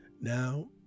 Now